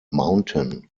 mountain